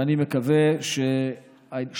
ואני מקווה שהשירות